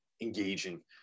engaging